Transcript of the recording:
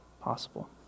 possible